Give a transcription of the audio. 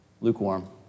Lukewarm